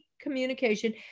communication